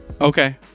Okay